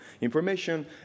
information